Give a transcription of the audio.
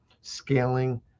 scaling